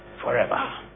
forever